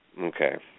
Okay